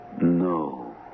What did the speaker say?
No